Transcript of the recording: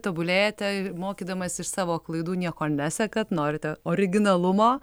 tobulėjate mokydamasi iš savo klaidų nieko nesekat norite originalumo